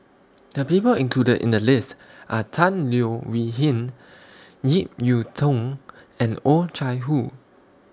The People included in The list Are Tan Leo Wee Hin Ip Yiu Tung and Oh Chai Hoo